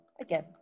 Again